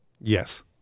yes